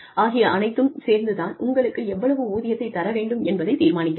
ஆகிய அனைத்தும் சேர்ந்து தான் உங்களுக்கு எவ்வளவு ஊதியத்தைத் தர வேண்டும் என்பதைத் தீர்மானிக்கிறது